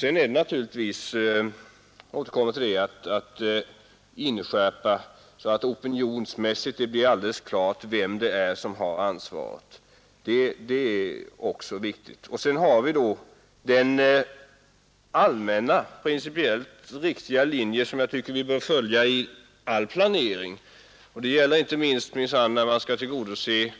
Det gäller naturligtvis att inskärpa så att det opinionsmässigt blir alldeles klart, vem som har ansvaret. Det är också viktigt. Därjämte har vi den allmänna principiellt riktiga linje som jag tycker att vi bör följa i all planering, att anpassa oss till de svagas förutsättningar. Det gäller inte minst när man skall tillgodose